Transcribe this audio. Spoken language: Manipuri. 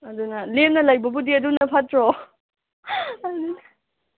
ꯑꯗꯨꯅ ꯂꯦꯝꯅ ꯂꯩꯕꯕꯨꯗꯤ ꯑꯗꯨꯅ ꯐꯠꯇ꯭ꯔꯣ ꯑꯗꯨꯅꯦ